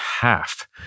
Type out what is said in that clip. half